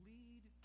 Lead